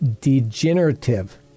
degenerative